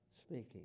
speaking